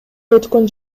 өткөн